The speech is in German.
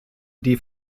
die